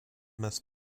must